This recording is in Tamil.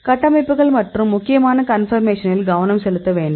கட்டமைப்புகள் மற்றும் முக்கியமாக கன்பர்மேஷனில் கவனம் செலுத்த வேண்டும்